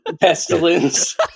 pestilence